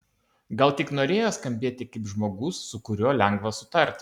gal tik norėjo skambėti kaip žmogus su kuriuo lengva sutarti